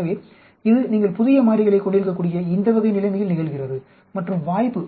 எனவே இது நீங்கள் புதிய மாறிகளைக் கொண்டிருக்கக்கூடிய இந்த வகை நிலைமையில் நிகழ்கிறது மற்றும் வாய்ப்பு